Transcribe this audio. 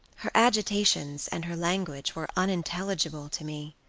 her agitations and her language were unintelligible to me.